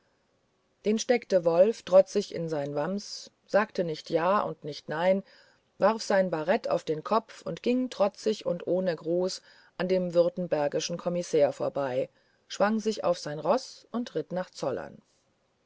den steckte wolf trotzig in sein wams sagte nicht ja und nicht nein warf sein barett auf den kopf und ging trotzig und ohne gruß an dem württembergischen kommissär vorbei schwang sich auf sein roß und ritt nach zollern